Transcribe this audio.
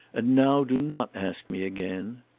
and now do not ask me again.